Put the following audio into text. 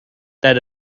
that